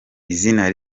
izina